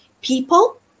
People